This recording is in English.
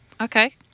Okay